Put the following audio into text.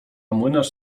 młynarz